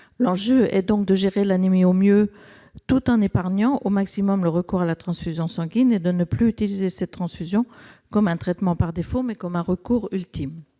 L'enjeu est donc de gérer l'anémie au mieux tout en épargnant au maximum le recours à la transfusion sanguine, et d'utiliser la transfusion non plus comme le traitement par défaut, mais comme un ultime